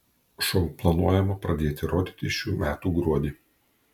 šou planuojama pradėti rodyti šių metų gruodį